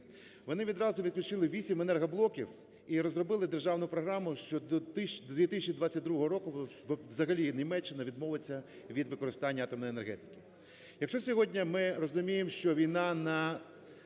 Вони відразу відключили 8 енергоблоків і розробили держану програму що до 2022 року взагалі Німеччина відмовиться від використання атомної енергетики.